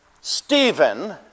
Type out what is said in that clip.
Stephen